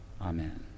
Amen